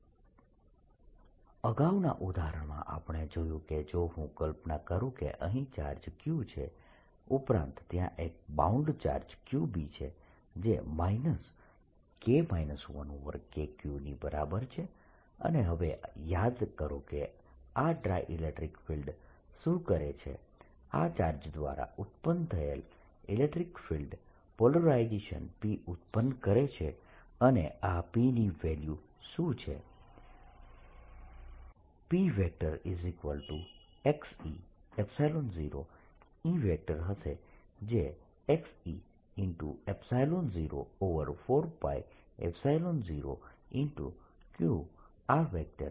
K 1KQδ અગાઉના ઉદાહરણમાં આપણે જોયું કે જો હું કલ્પના કરુ કે અહીં ચાર્જ Q છે ઉપરાંત ત્યાં એક બાઉન્ડ ચાર્જ Qb છે જે KQ ની બરાબર છે અને હવે યાદ કરો કે આ ઇલેક્ટ્રીક ફિલ્ડ શું કરે છે આ ચાર્જ દ્વારા ઉત્પન્ન થયેલ ઇલેકટ્રીક ફિલ્ડ પોલરાઇઝેશન P ઉત્પન્ન કરે છે અને આ P ની વેલ્યુ શું છે Pe0E હશે જે e04π0Q rKr2 ના બરાબર છે